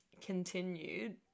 continued